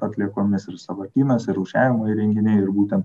atliekomis ir sąvartynas ir rūšiavimo įrenginiai ir būtent